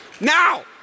Now